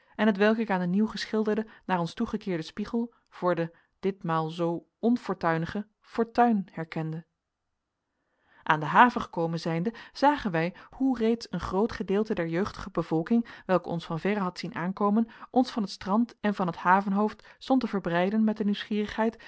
en hetwelk ik aan den nieuwgeschilderden naar ons toegekeerden spiegel voor de ditmaal zoo onfortuinige fortuin herkende aan de haven gekomen zijnde zagen wij hoe reeds een groot gedeelte der jeugdige bevolking welke ons van verre had zien aankomen ons van het strand en van het havenhoofd stond te verbeiden met de nieuwsgierigheid